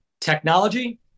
technology